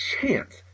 chance